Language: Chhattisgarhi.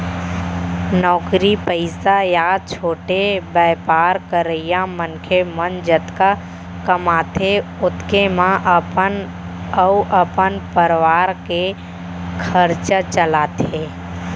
नौकरी पइसा या छोटे बयपार करइया मनखे मन जतका कमाथें ओतके म अपन अउ अपन परवार के खरचा चलाथें